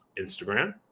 Instagram